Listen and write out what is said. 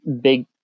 big